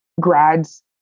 grads